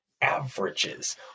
averages